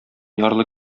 ярлы